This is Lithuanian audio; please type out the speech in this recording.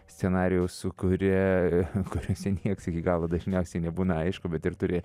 scenarijaus sukuria kuriuose nieks iki galo dažniausiai nebūna aišku bet ir turi